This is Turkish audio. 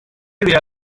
veya